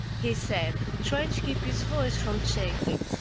he said, trying to keep his voice from shaking.